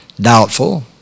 Doubtful